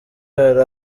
hari